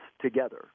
together